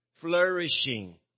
flourishing